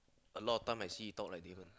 a lot of time I see you talk like Davian